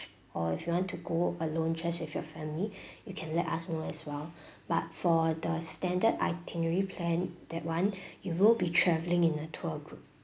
or if you want to go alone just with your family you can let us know as well but for the standard itinerary plan that one you will be travelling in a tour group